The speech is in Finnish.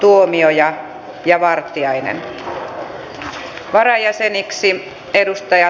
tuomioja ja varajäseniksi edustaja